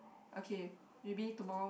okay maybe tomorrow